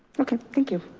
okay, thank you.